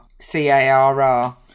C-A-R-R